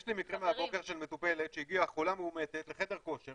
יש לי מקרה מהבוקר של מטופלת שהגיעה חולה מאומתת לחדר כושר,